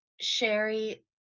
Sherry